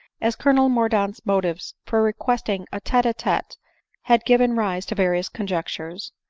as colonel mordaunt's motives for requesting a te-a-tete had given rise to various conjectures.